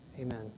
Amen